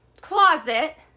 closet